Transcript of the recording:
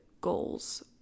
goals